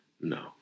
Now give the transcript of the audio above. No